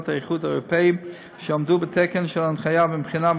האיחוד האירופי ושעמדו בתקן של ההנחיה מבחינה,